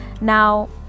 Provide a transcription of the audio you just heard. Now